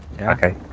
Okay